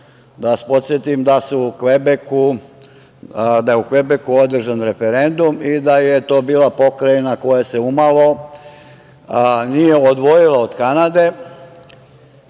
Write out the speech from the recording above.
Da vas podsetim da je u Kvebeku održan referendum i da je to bila pokrajina koja se umalo nije odvojila od Kanade